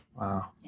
Wow